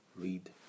read